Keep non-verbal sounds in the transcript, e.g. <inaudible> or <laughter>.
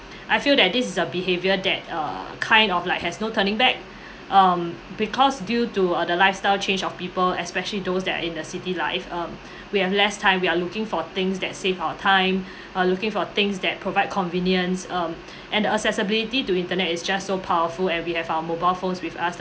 I feel that this is a behaviour that uh kind of like has no turning back <breath> um because due to uh the lifestyle change of people especially those that are in the city life um <breath> we have less time we are looking for things that save our time <breath> or looking for things that provide convenience um <breath> and accessibility to internet is just so powerful and we have our mobile phones with us